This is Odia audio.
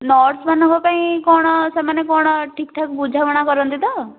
ନର୍ସ ମାନଙ୍କ ପାଇଁ କ'ଣ ସେମାନେ ଠିକ୍ ଠାକ୍ ବୁଝାମଣା କରନ୍ତି ତ